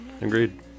Agreed